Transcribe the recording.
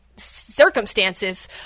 circumstances